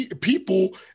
people